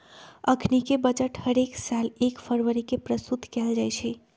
अखनीके बजट हरेक साल एक फरवरी के प्रस्तुत कएल जाइ छइ